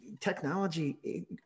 technology